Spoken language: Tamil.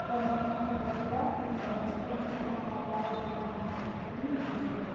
ரொம்ப கம்பட்டஃபுல்லாக இந்த பஸ்ஸில் இனிமேட்டு நம்ம ட்ராவல் பண்ணலாம் அப்படின்னு நினைக்கிறாங்க